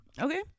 Okay